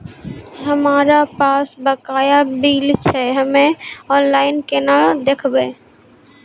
हमरा पास बकाया बिल छै हम्मे ऑनलाइन केना देखबै?